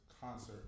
concert